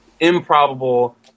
improbable